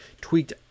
tweaked